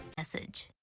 message.